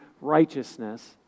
righteousness